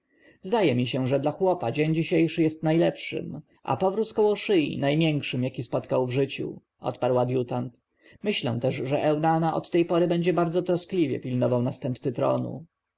zdaje mi się że dla chłopa dzień dzisiejszy jest najlepszym a powróz koło szyi najmiększym jaki spotkał w życiu odparł adjutant myślę też że eunana od tej pory będzie bardzo troskliwie pilnował następcy tronu